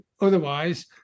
otherwise